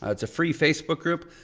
ah it's a free facebook group.